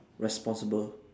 responsible